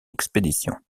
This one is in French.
expédition